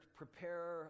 prepare